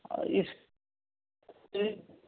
اس کے